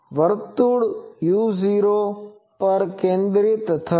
વર્તુળ u0 પર કેન્દ્રિત થશે